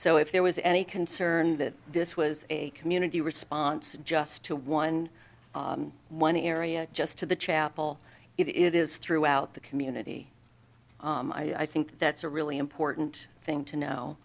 so if there was any concern that this was a community response just a one one area just to the chapel it is throughout the community i think that's a really important thing to know